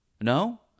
No